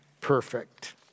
perfect